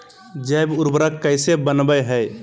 जैव उर्वरक कैसे वनवय हैय?